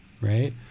right